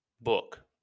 book